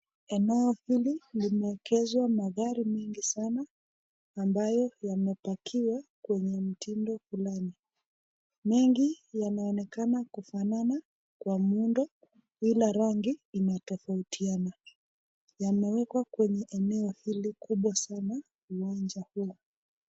Eneo hili limeegeshwa magari mingi sana ambayo yamepakiwa kwenye mtindo fulani. Mengi yanaonekana kufanana kwa muundo ila rangi inatofautiana imewekwa kwenye eneo hili kubwa sana kwa uwanja huu.